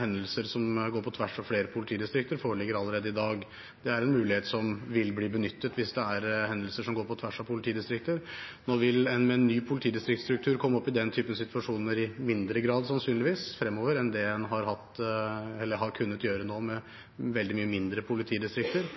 hendelser som går på tvers av flere politidistrikter, foreligger allerede i dag. Det er en mulighet som vil bli benyttet hvis det er hendelser som går på tvers av politidistrikter. Nå vil en med ny politidistriktsstruktur sannsynligvis komme opp i den typen situasjoner i mindre grad fremover enn det en har kunnet gjøre nå med veldig mye mindre politidistrikter.